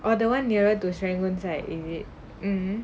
or the [one] nearer to serangoon side in it um